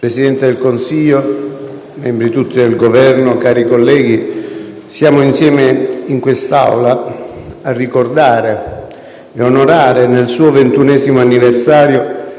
Presidente del Consiglio, membri tutti del Governo, cari colleghi, siamo insieme in quest'Aula a ricordare e onorare, nel suo 21º anniversario,